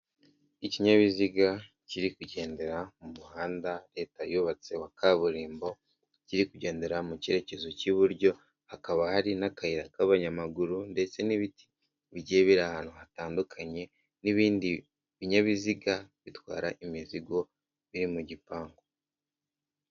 Ikinyabiziga kiri kugendera mu muhanda leta yubatse wa kaburimbo, kiri kugendera mu cyerekezo cy'iburyo, hakaba hari n'akayira k'abanyamaguru ndetse n'ibiti bigiye biri ahantu hatandukanye n'ibindi binyabiziga bitwara imizigo biri mu gipangu.